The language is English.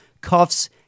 cuffs